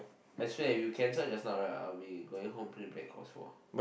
as fair as you can so like just now I will be going home playing Blackouts four